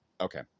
Okay